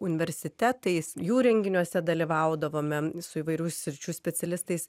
universitetais jų renginiuose dalyvaudavome su įvairių sričių specialistais